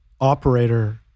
operator